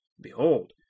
Behold